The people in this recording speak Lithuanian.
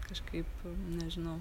kažkaip nežinau